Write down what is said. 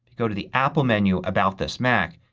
go to the apple menu, about this mac,